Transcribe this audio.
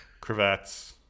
cravats